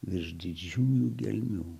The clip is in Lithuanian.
virš didžiųjų gelmių